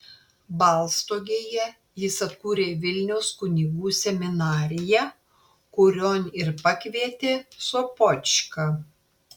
balstogėje jis atkūrė vilniaus kunigų seminariją kurion ir pakvietė sopočką